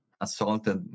Assaulted